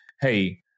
Hey